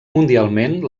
mundialment